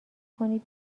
کنی